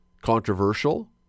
controversial